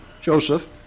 Joseph